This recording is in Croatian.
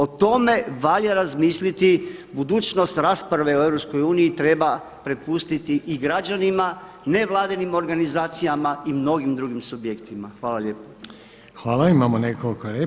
O tome valja razmisliti, budućnost rasprave o EU treba prepustiti i građanima, nevladinim organizacijama i mnogim drugim subjektima.